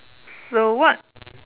so what